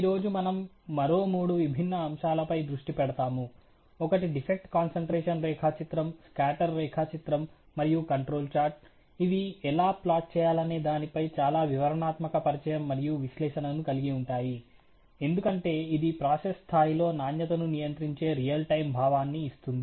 ఈ రోజు మనం మరో మూడు విభిన్న అంశాలపై దృష్టి పెడతాము ఒకటి డిఫెక్ట్ కాన్సంట్రేషన్ రేఖాచిత్రం స్కాటర్ రేఖాచిత్రం మరియు కంట్రోల్ చార్ట్ ఇవి ఎలా ప్లాట్ చేయాలనే దానిపై చాలా వివరణాత్మక పరిచయం మరియు విశ్లేషణను కలిగి ఉంటాయి ఎందుకంటే ఇది ప్రాసెస్ స్థాయిలో నాణ్యతను నియంత్రించే రియల్ టైమ్ భావాన్ని ఇస్తుంది